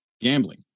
gambling